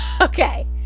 Okay